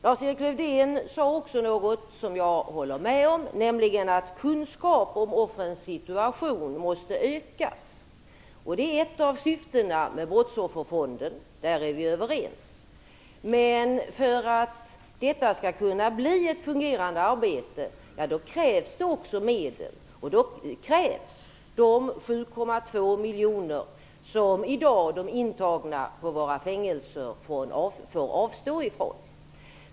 Lars-Erik Lövdén sade också något som jag håller med om, nämligen att kunskapen om offrens situation måste ökas. Det är ett av syftena med Brottsofferfonden. Där är vi överens. Men för att detta skall kunna bli ett fungerande arbete krävs det också medel. Då krävs de 7,2 miljoner som de intagna på våra fängelser får avstå från.